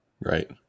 Right